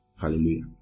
Hallelujah